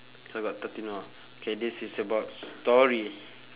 so got thirteen more K this is about story